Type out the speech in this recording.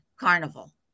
carnival